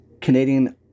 Canadian